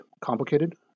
complicated